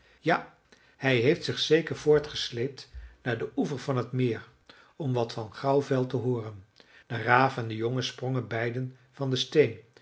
ja hij heeft zich zeker voortgesleept naar den oever van het meer om wat van grauwvel te hooren de raaf en de jongen sprongen beiden van den steen